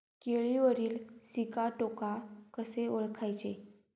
केळीवरील सिगाटोका कसे ओळखायचे?